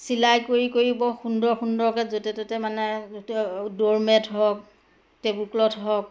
চিলাই কৰি কৰি বৰ সুন্দৰ সুন্দৰকে য'তে ত'তে মানে ড'ৰ মেট হওক টেবুল ক্লথ হওক